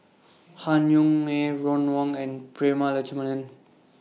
Han Yong May Ron Wong and Prema Letchumanan